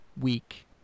week